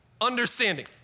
understanding